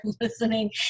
listening